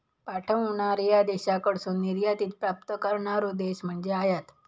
पाठवणार्या देशाकडसून निर्यातीत प्राप्त करणारो देश म्हणजे आयात